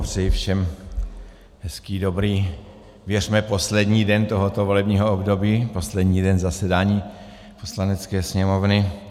Přeji všem hezký, dobrý, věřme poslední den tohoto volebního období, poslední den zasedání Poslanecké sněmovny.